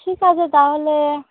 ঠিক আছে তাহলে